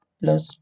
plus